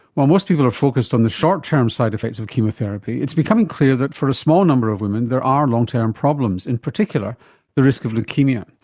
while most people are focussed on the short term side effects of chemotherapy, it's becoming clear that for a small number of women there are long term problems, in particular the risk of leukaemia.